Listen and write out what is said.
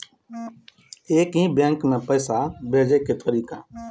एक ही बैंक मे पैसा भेजे के तरीका?